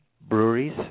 breweries